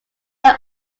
are